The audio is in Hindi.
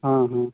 हाँ हाँ